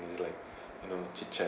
and they like you know chit chat